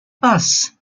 passe